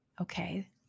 okay